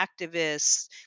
activists